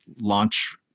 launch